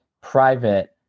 private